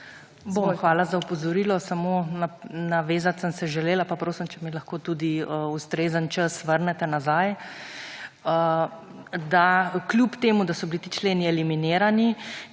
Hvala za opozorilo samo navezati sem se želela pa prosim, če mi lahko tudi ustrezen čas vrnete nazaj, da kljub temu, da so bili ti členi eliminirani,